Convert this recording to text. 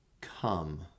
Come